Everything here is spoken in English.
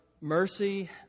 mercy